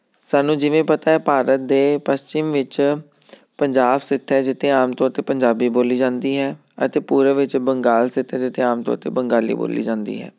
ਸਾਨੂੰ ਜਿਵੇਂ ਪਤਾ ਭਾਰਤ ਦੇ ਪੱਛਮ ਵਿੱਚ ਪੰਜਾਬ ਸਥਿਤ ਹੈ ਜਿੱਥੇ ਆਮ ਤੌਰ 'ਤੇ ਪੰਜਾਬੀ ਬੋਲੀ ਜਾਂਦੀ ਹੈ ਅਤੇ ਪੂਰਬ ਵਿੱਚ ਬੰਗਾਲ ਸਥਿਤ ਹੈ ਜਿੱਥੇ ਆਮ ਤੌਰ 'ਤੇ ਬੰਗਾਲੀ ਬੋਲੀ ਜਾਂਦੀ ਹੈ